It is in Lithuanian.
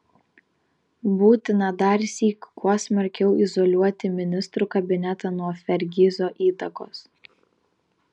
būtina darsyk kuo smarkiau izoliuoti ministrų kabinetą nuo fergizo įtakos